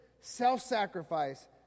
self-sacrifice